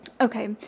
Okay